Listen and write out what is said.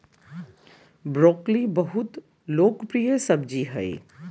broccoli बहुत लोकप्रिय सब्जी हइ